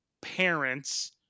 parents